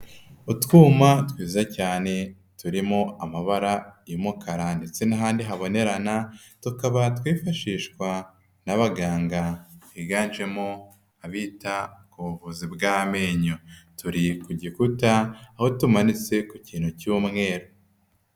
Utwuma twiza cyane, turimo amabara y'umukara ndetse n'ahandi habonerarana, tukaba twifashishwa n'abaganga higanjemo abita ku buvuzi bw'amenyo. Turi ku gikuta, aho tumanitse ku kintu cy'umweru.